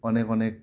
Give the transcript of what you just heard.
অনেক অনেক